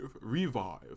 revive